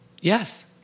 Yes